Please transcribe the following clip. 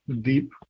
deep